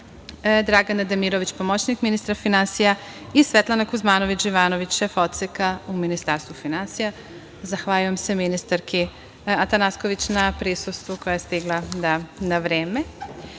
Dragana Demirović, pomoćnik ministra finansija i Svetlana Kuzmanović-Živanović, šef Odseka u Ministarstvu finansija. Zahvaljujem se ministarki Atanasković na prisustvu, koja je stigla na vreme. Dakle,